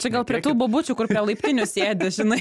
čia gal prie tų bobučių kur prie laiptinių sėdi žinai